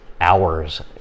hours